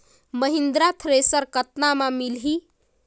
Mahindra thresher कतका म मिलही?